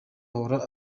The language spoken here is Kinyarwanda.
ahora